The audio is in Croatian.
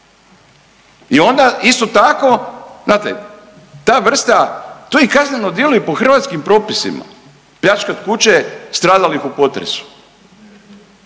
i onda isto tako, znate ta vrsta, to je kazneno djelo i po hrvatskim propisima pljačkat kuće stradalih u potresu.